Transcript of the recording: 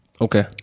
Okay